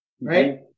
right